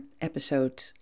episode